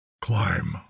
Climb